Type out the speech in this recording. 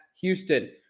Houston